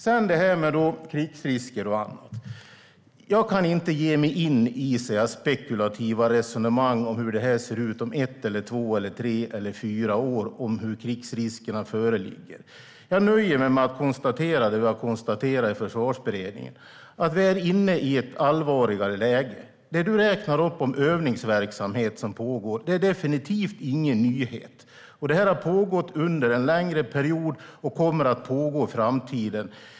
När det gäller krigsrisker och annat kan jag inte ge mig in i spekulativa resonemang om hur det ser ut och vilka risker som föreligger om ett, två, tre eller fyra år. Jag nöjer mig med att konstatera det vi har konstaterat i Försvarsberedningen: Vi är inne i ett allvarligare läge. Det du räknar upp om övningsverksamhet som pågår är definitivt ingen nyhet. Detta har pågått under en längre period, och det kommer att pågå i framtiden.